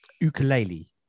ukulele